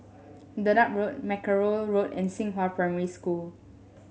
Dedap Road Mackerrow Road and Xinghua Primary School